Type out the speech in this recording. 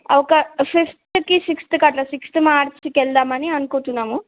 ఒక ఫిఫ్త్కి సిక్స్త్ కట్లా సిక్స్త్ మార్చ్ వెళ్దామని అనుకుంటన్నాము